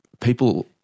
People